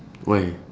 why